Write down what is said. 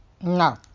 No